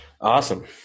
Awesome